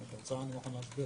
אם אתם רוצים אני מוכן להסביר.